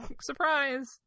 surprise